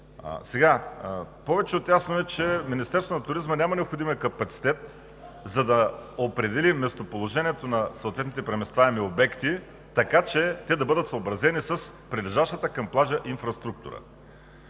обект. Повече от ясно е, че Министерството на туризма няма необходимия капацитет, за да определи местоположението на съответните преместваеми обекти, така че те да бъдат съобразени с инфраструктурата,